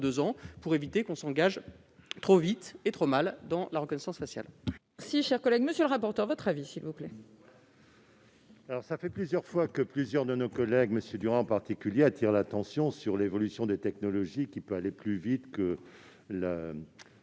deux ans pour éviter que l'on s'engage trop vite et trop mal dans la reconnaissance faciale.